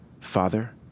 Father